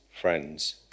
friends